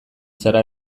zara